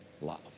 love